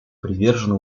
привержена